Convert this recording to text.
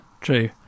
true